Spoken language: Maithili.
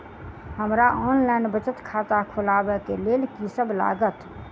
हमरा ऑनलाइन बचत खाता खोलाबै केँ लेल की सब लागत?